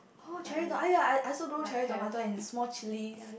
oh cherry got aiyar I I also grow cherry tomato and small chilies